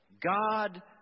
God